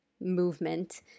movement